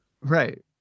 Right